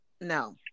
no